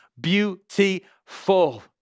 beautiful